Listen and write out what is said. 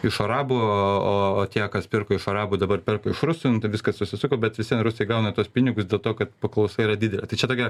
iš arabų o o tie kas pirko iš arabų dabar perka iš rusiun viskas susisuko bet visvien rusai gauna tuos pinigus dėl to kad paklausa yra didelė tai čia tokia